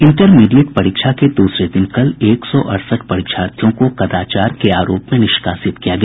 intermediate परीक्षा के दूसरे दिन कल एक सौ अड़सठ परीक्षार्थियों को कदाचार के आरोप में निष्कासित किया गया